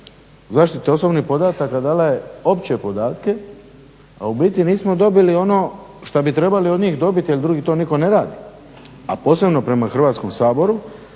zaštite osobnih podataka. Dala je opće podatke, a u biti nismo dobili ono šta bi trebali od njih dobiti jer drugi to nitko ne radi, a posebno prema Hrvatskom saboru,